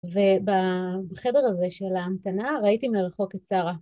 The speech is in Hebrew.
ובחדר הזה של ההמתנה ראיתי מרחוק את שרה.